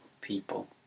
people